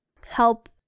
help